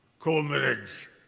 call minutes.